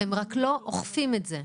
הם רק לא אוכפים את זה.